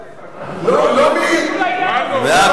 לא בזה, לא מ, מהקדוש-ברוך-הוא.